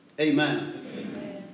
Amen